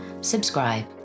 subscribe